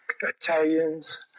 Italians